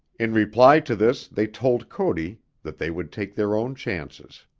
in reply to this they told cody that they would take their own chances.